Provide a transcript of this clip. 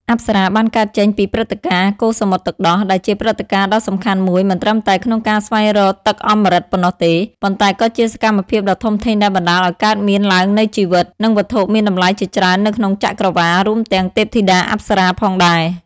អប្សរាបានកើតចេញពីព្រឹត្តិការណ៍ កូរសមុទ្រទឹកដោះ ដែលជាព្រឹត្តិការណ៍ដ៏សំខាន់មួយមិនត្រឹមតែក្នុងការស្វែងរកទឹកអម្រឹតប៉ុណ្ណោះទេ ប៉ុន្តែក៏ជាសកម្មភាពដ៏ធំធេងដែលបណ្ដាលឲ្យកើតមានឡើងនូវជីវិត និងវត្ថុមានតម្លៃជាច្រើននៅក្នុងចក្រវាឡ រួមទាំងទេពធីតាអប្សរាផងដែរ។